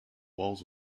walls